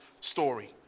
story